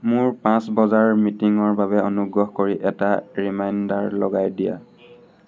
মোৰ পাঁচ বজাৰ মিটিঙৰ বাবে অনুগ্ৰহ কৰি এটা ৰিমাইণ্ডাৰ লগাই দিয়া